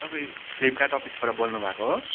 तपाईँ फ्लिपकार्ट अफिसबाट बोल्नु भएको हो